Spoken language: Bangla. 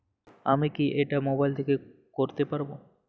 আমি কি এটা মোবাইল থেকে করতে পারবো?